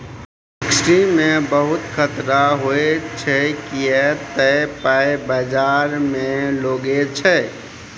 equity मे बहुत खतरा होइ छै किए तए पाइ बजार मे लागै छै